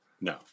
No